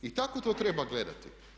I tako to treba gledati.